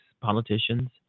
politicians